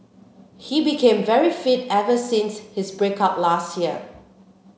he became very fit ever since his break up last year